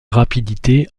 rapidité